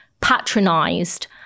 patronized